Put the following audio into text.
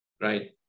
right